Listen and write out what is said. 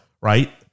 right